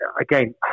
again